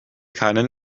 keinen